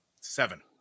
Seven